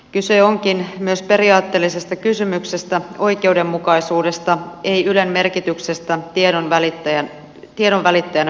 kyse onkin periaatteellisesta kysymyksestä oikeudenmukaisuudesta ei ylen merkityksen tiedon välittäjänä väheksymisestä